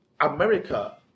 America